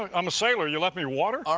i'm a sailor. you left me water?